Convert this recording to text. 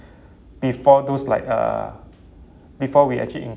before those like uh before we actually